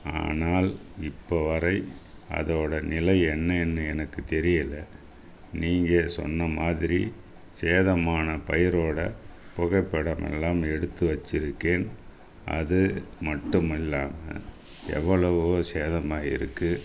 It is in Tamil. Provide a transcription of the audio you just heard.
ஆனால் இப்போவரை அதோடய நிலை என்னனு எனக்கு தெரியலை நீங்கள் சொன்னமாதிரி சேதமான பயிரோடய புகைப்படம் எல்லாம் எடுத்து வச்சுருக்கேன் அது மட்டும் இல்லாமல் எவ்வளவு சேதம் ஆயிருக்குது